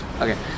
Okay